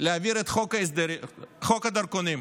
להעביר את חוק הדרכונים